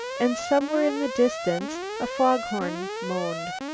and somewhere in the distance a fog horn moaned.